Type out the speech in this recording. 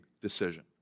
decision